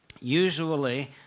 Usually